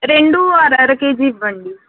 రెండూ అర అరకేజీ ఇవ్వండి